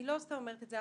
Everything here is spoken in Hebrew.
אני לא סתם אומרת את זה.